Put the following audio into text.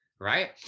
right